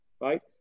right